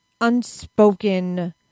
unspoken